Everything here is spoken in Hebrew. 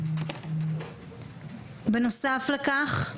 בנוסף לכך,